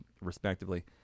respectively